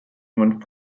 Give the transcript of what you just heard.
one